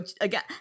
again